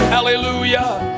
Hallelujah